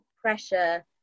pressure